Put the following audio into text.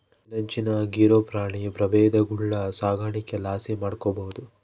ಅಳಿವಿನಂಚಿನಾಗಿರೋ ಪ್ರಾಣಿ ಪ್ರಭೇದಗುಳ್ನ ಸಾಕಾಣಿಕೆ ಲಾಸಿ ಕಾಪಾಡ್ಬೋದು